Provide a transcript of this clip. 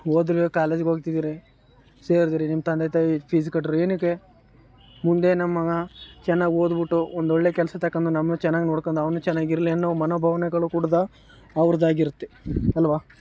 ಹೋದ್ರೆ ಕಾಲೇಜು ಹೋಗ್ತಿದ್ದೀರಿ ಸೇರಿದಿರಿ ನಿಮ್ಮ ತಂದೆ ತಾಯಿ ಫೀಸ್ ಕಟ್ದ್ರು ಏನಕ್ಕೆ ಮುಂದೆ ನಮ್ಮ ಮಗ ಚೆನ್ನಾಗಿ ಓದ್ಬಿಟ್ಟು ಒಂದೊಳ್ಳೆ ಕೆಲಸ ತಗೊಂಡು ನಮ್ಮದು ಚೆನ್ನಾಗಿ ನೋಡಿಕೊಂಡು ಅವನು ಚೆನ್ನಾಗಿರ್ಲಿ ಅನ್ನೋ ಮನೋಭಾವನೆಗಳು ಕೂಡ ಅವ್ರ್ದು ಆಗಿರುತ್ತೆ ಅಲ್ವ